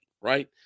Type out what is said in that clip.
right